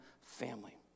family